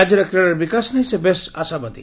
ରାକ୍ୟରେ କ୍ରୀଡ଼ାର ବିକାଶ ନେଇ ସେ ବେଶ୍ ଆଶାବାଦୀ